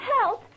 Help